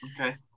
Okay